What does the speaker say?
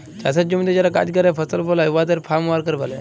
চাষের জমিতে যারা কাজ ক্যরে ফসল ফলায় উয়াদের ফার্ম ওয়ার্কার ব্যলে